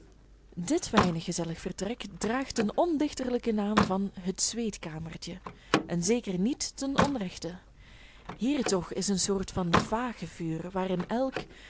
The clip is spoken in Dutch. dit weinig gezellig vertrek draagt den ondichterlijken naam van het zweetkamertje en zeker niet ten onrechte hier toch is een soort van vagevuur waarin elk